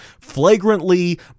flagrantly